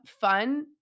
fun